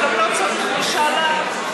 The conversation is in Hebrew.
אז גם לא צריך משאל העם.